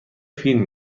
فیلم